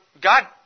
God